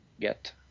get